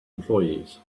employees